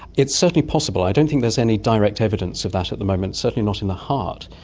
it's certainly possible. i don't think there's any direct evidence of that at the moment, certainly not in the heart.